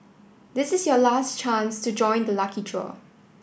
this is your last chance to join the lucky draw